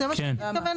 זה מה שאת מתכוונת?